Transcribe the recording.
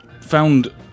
found